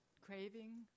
craving